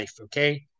okay